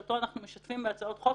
שאותו אנחנו משתפים בהצעות חוק